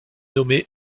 nommé